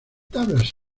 tablas